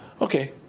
Okay